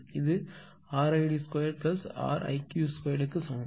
இது rid2 riq2 சமம்